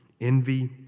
Envy